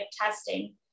testing